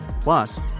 Plus